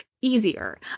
easier